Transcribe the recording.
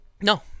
no